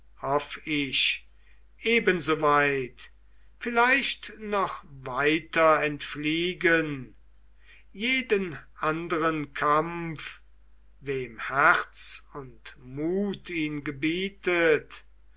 hoff ich ebenso weit vielleicht noch weiter entfliegen jeden anderen kampf wem herz und mut ihn gebietet